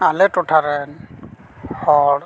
ᱟᱞᱮ ᱴᱚᱴᱷᱟᱨᱮᱱ ᱦᱚᱲ